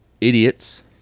idiots